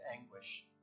anguish